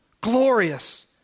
Glorious